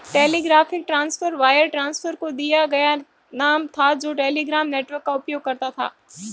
telegraphic transfer wire transfer को दिया गया नाम था जो टेलीग्राफ नेटवर्क का उपयोग करता था